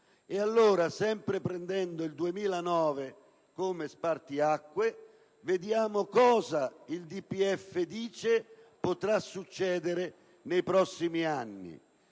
successo. Sempre assumendo il 2009 come spartiacque, vediamo cosa il DPEF dice che potrà succedere nei prossimi anni.